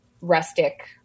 rustic